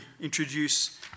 introduce